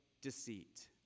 deceit